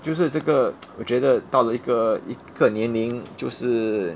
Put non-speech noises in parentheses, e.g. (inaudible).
就是这个 (noise) 我觉得到了一个一个年龄就是